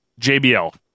JBL